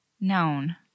known